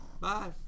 bye